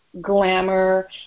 glamour